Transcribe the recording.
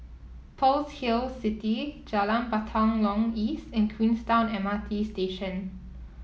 Pearl's Hill City Jalan Batalong East and Queenstown M R T Station